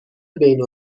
بین